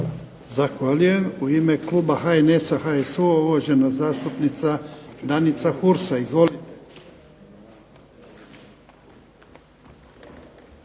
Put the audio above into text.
Hvala.